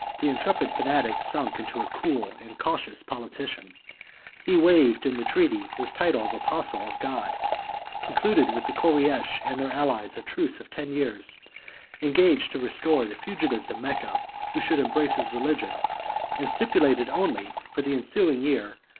the intrepid fanatic sunk into a cool and cautious politician he waived in the treaty his title of apostle of god concluded with the koreish and their allies a truce of ten years engaged to restore the fugitives of mecca who should embrace his religion and stipulated only, for the ensuing year,